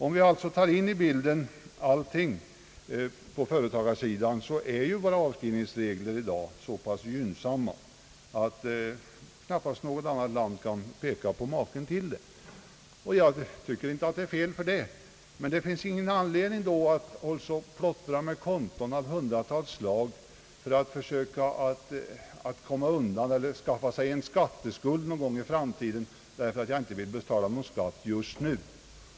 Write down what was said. Om vi tar in allting i bilden, så är våra avskrivningsregler i dag så gynnsamma, att knappast något annat land har maken till dem. Jag tycker inte att detta är fel, men det finns då heller ingen anledning att plottra med konton av hundratals slag för att människor skall skaffa sig skatteskulder i framtiden av det skälet att de inte vill betala skatt just nu.